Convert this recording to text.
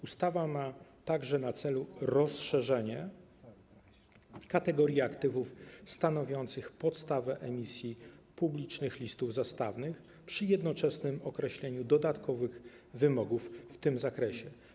Ustawa ma także na celu rozszerzenie kategorii aktywów stanowiących podstawę emisji publicznych listów zastawnych przy jednoczesnym określeniu dodatkowych wymogów w tym zakresie.